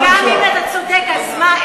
אבל גם אם אתה צודק, אז מה?